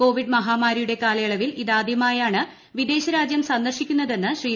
Covid മഹാമാരിയുടെ കാലയളവിൽ ഇത് ആദ്യമായിയാണ് വിദേശരാജ്യം സന്ദർശിക്കുന്നതെന്ന് ശ്രീ